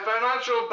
financial